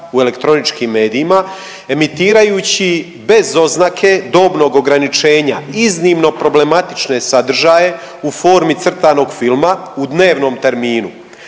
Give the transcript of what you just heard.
u elektroničkim medijima emitirajući bez oznake dobnog ograničenja iznimno problematične sadržaje u formi crtanog filma u dnevnom terminu.